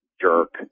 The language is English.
jerk